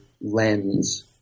lens—